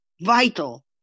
vital